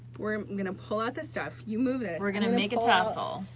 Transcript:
we're gonna pull out the stuff, you move it. we're gonna make a tassel.